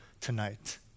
tonight